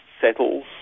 settles